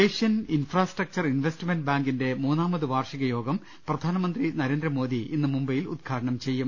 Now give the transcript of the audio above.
Asian infrastructure investment ബാങ്കിന്റെ മൂന്നാമത് വാർഷിക യോഗം പ്രധാനമന്ത്രി നരേന്ദ്രമോദി ഇന്ന് മുബൈയിൽ ഉദ്ഘാടനം ചെയ്യും